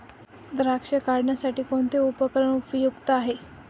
द्राक्ष काढणीसाठी कोणते उपकरण उपयुक्त आहे?